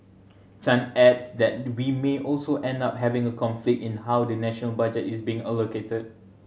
Chan adds that we may also end up having a conflict in how the national budget is being allocated